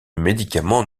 médicament